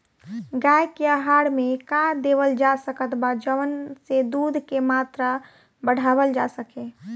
गाय के आहार मे का देवल जा सकत बा जवन से दूध के मात्रा बढ़ावल जा सके?